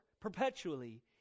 perpetually